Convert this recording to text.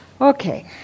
Okay